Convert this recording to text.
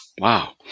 Wow